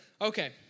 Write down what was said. Okay